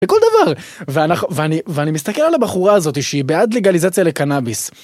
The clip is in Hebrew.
בכל דבר, ואני מסתכל על הבחורה הזאת שהיא בעד לגליזציה לקנאביס.